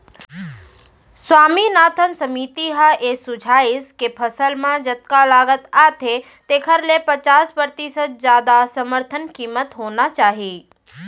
स्वामीनाथन समिति ह ए सुझाइस के फसल म जतका लागत आथे तेखर ले पचास परतिसत जादा समरथन कीमत होना चाही